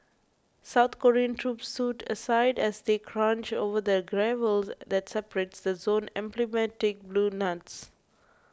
South Korean troops stood aside as they crunched over the gravel that separates the zone's emblematic blue huts